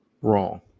wrong